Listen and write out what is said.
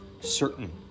certain